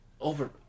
Over